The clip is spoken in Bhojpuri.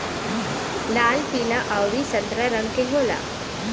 लाल पीला अउरी संतरा रंग के होला